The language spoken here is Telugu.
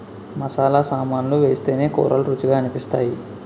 మసాలా సామాన్లు వేస్తేనే కూరలు రుచిగా అనిపిస్తాయి